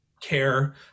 care